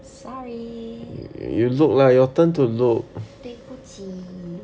sorry